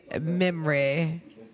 memory